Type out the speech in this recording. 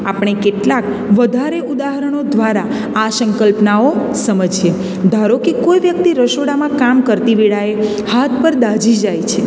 આપણે કેટલાક વધારે ઉદાહરણો દ્વારા આ સંકલ્પનાઓ સમજીએ ધારો કે કોઈ વ્યક્તિ રસોડામાં કામ કરતી વેળાએ હાથ પર દાઝી જાય છે